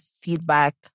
feedback